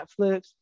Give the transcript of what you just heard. Netflix